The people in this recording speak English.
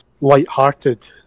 light-hearted